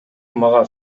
мага